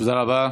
תודה רבה.